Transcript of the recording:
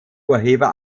urheber